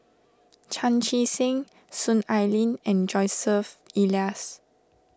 Chan Chee Seng Soon Ai Ling and Joseph Elias